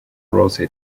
rose